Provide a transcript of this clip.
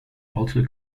also